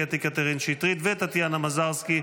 קטי קטרין שטרית וטטיאנה מזרסקי,